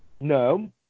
No